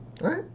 right